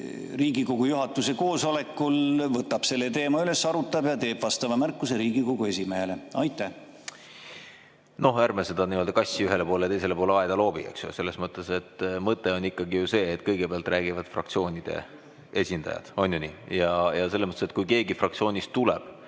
Riigikogu juhatuse koosolekul võtab selle teema üles, arutab seda ja teeb vastava märkuse Riigikogu esimehele. Noh, ärme seda kassi ühele ja teisele poole aeda loobime. Selles mõttes, et mõte on ikkagi ju see, et kõigepealt räägivad fraktsioonide esindajad. On ju nii? Selles mõttes, et kui keegi fraktsioonist tuleb,